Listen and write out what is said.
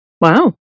Wow